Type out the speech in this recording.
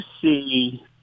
see –